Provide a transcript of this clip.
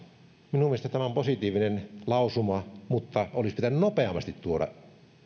minun mielestäni tämä on positiivinen lausuma mutta olisi pitänyt nopeammin tuoda